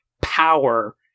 power